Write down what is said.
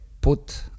put